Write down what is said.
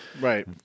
right